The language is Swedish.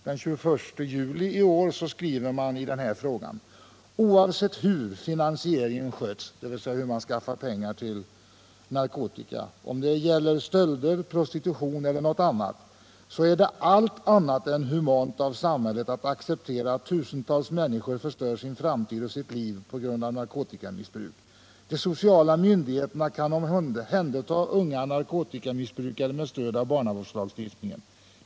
Den 21 juli skriver man i denna fråga: ”Oavsett hur finansieringen sköts — om det gäller stölder, prostitution eller något annat — så är det allt annat än humant av samhället att acceptera att tusentals människor förstör sin framtid och sitt liv på grund av narkotikamissbruk. De sociala myndigheterna kan omhänderta unga narkotikamissbrukare med stöd av barnavårdslagstiftningen.